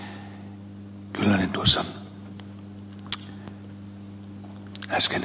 kyllönen tuossa äsken totesi